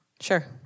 Sure